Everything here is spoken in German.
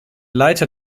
leiter